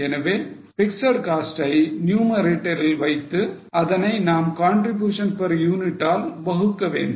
எனவே fixed cost ஐ numerator இல் வைத்து அதனை நாம் contribution per unit ஆல் வகுக்க வேண்டும்